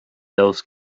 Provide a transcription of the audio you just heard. those